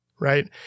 right